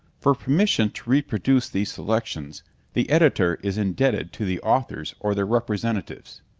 for permission to reproduce these selections the editor is indebted to the authors or their representatives,